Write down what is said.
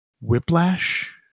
Whiplash